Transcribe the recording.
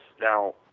now